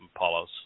Paulos